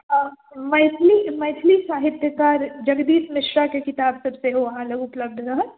मैथिली मैथिली साहित्यकार जगदीश मिश्राके किताबसभ सेहो अहाँ लग उपलब्ध रहत